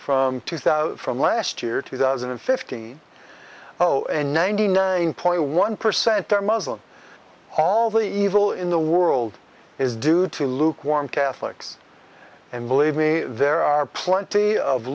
from two thousand from last year two thousand and fifteen zero and ninety nine point one percent are muslim all the evil in the world is due to lukewarm catholics and believe me there are plenty of